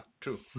True